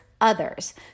others